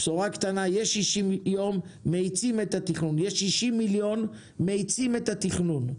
הבשורה הקטנה זה שיש 60 מיליון ומאיצים את התכנון,